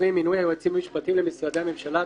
20) (מינוי היועצים המשפטיים למשרדי הממשלה),